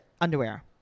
underwear